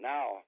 Now